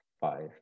five